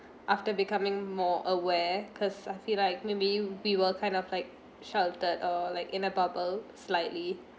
after becoming more aware cause I feel like maybe we were kind of like sheltered or like in a bubble slightly